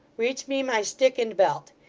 reach me my stick and belt.